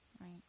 right